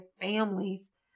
families